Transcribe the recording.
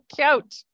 cute